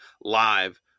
live